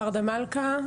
ורד מלכה,